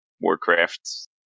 Warcraft